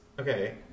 Okay